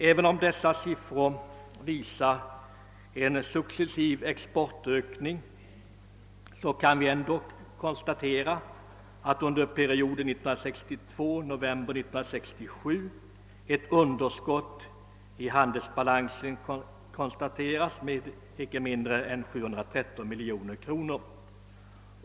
Även om dessa siffror visar att det skett en successiv exportökning kan vi konstatera att det under perioden fr.o.m. 1962 till november 1967 förelåg ett underskott i vårt handelsutbyte med Japan på inte mindre än 713 miljoner kronor.